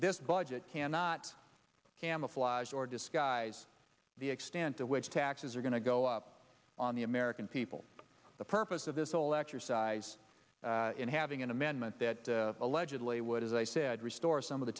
this budget cannot camouflage or disguise the extent to which taxes are going to go up on the american people the purpose of this whole exercise in having an amendment that allegedly would as i said restore some of the